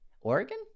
Oregon